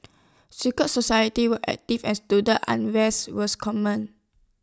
secret society were active and student unrest was common